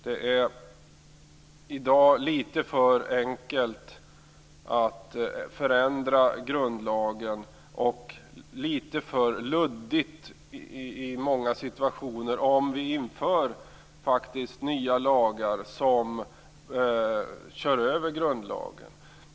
Det är i dag litet för enkelt att förändra grundlagen och litet för luddigt i många situationer om vi faktiskt inför nya lagar som kör över grundlagen.